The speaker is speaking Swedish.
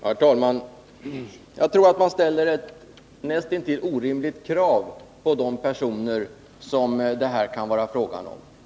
Herr talman! Jag tror att man ställer ett näst intill orimligt krav på de personer som det här kan vara fråga om.